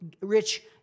rich